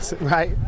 right